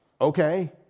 Okay